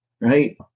right